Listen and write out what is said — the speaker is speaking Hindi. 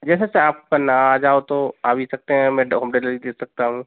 जैसा आपका ना आ जाओ तो आ भी सकते हैं मैं होम डिलीवरी दे सकता हूँ